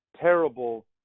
terrible